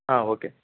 okay